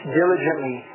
diligently